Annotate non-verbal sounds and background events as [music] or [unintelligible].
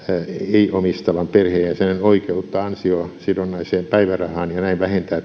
ei omistavan perheenjäsenen oikeutta ansiosidonnaiseen päivärahaan ja näin vähentää [unintelligible]